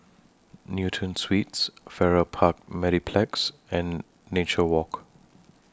Newton Suites Farrer Park Mediplex and Nature Walk